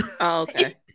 Okay